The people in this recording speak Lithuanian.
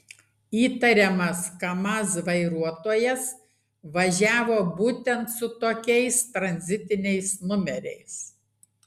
įtariamas kamaz vairuotojas važiavo būtent su tokiais tranzitiniais numeriais